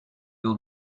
yıl